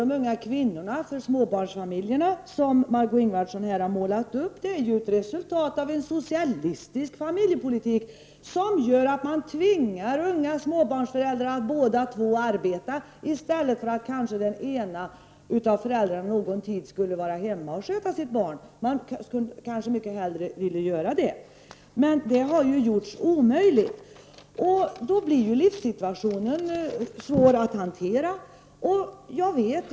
De unga kvinnornas och småbarnsfamiljernas situation som Margö Ingvardsson målade upp är ju ett resultat av en socialistisk familjepolitik som innebär att båda föräldrarna i en småbarnsfamilj tvingas att arbeta i stället för att den ena föräldern under någon tid är hemma och sköter barn. En del småbarnsföräldrar skulle kanske hellre vara hemma. Men detta har gjorts omöjligt. Därmed blir livssituationen svår att hantera för dessa människor.